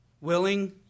willing